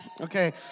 Okay